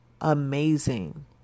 amazing